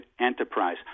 enterprise